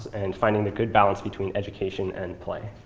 and finding a good balance between education and play.